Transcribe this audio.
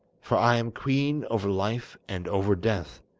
for i am queen over life and over death.